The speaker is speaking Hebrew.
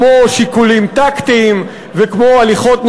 כמו שיקולים טקטיים וכמו הליכות,